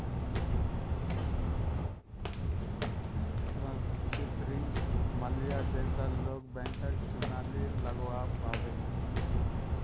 सुरक्षित ऋण स माल्या जैसा लोग बैंकक चुना नी लगव्वा पाबे